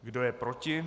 Kdo je proti?